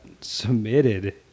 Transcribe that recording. submitted